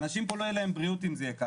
אנשים פה לא תהיה להם בריאות אם זה יהיה ככה.